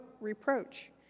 reproach